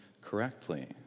correctly